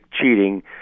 cheating